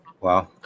wow